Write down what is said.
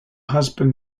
husband